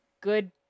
Good